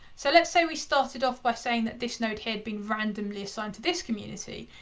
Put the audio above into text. so let's say we started off by saying that this node had been randomly assigned to this community.